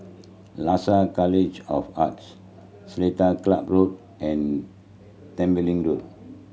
Lasalle College of Arts Seletar Club Road and Tembeling Road